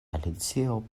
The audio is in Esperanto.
alicio